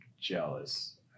jealous